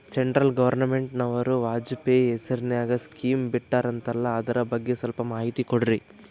Central ಗವರ್ನಮೆಂಟನವರು ವಾಜಪೇಯಿ ಹೇಸಿರಿನಾಗ್ಯಾ scheme ಬಿಟ್ಟಾರಂತಲ್ಲ ಅದರ ಬಗ್ಗೆ ಸ್ವಲ್ಪ ಮಾಹಿತಿ ಕೊಡ್ರಿ?